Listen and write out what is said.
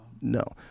No